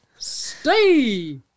Stay